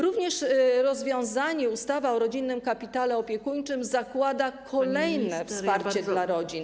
Również rozwiązanie ustawa o rodzinnym kapitale opiekuńczym zakłada kolejne wsparcie dla rodzin.